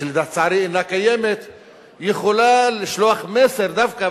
להצעת החוק יכולה לשלוח מסר חיובי יותר,